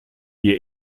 ihr